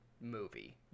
movie